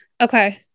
Okay